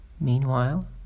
meanwhile